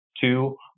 Two